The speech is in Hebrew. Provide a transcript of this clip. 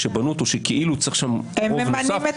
הם ממנים את